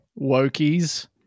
Wokies